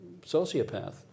sociopath